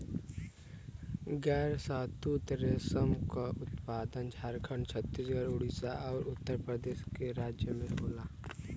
गैर शहतूत रेशम क उत्पादन झारखंड, छतीसगढ़, उड़ीसा आउर उत्तर पूरब के राज्य में होला